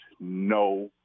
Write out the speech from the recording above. no